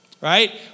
right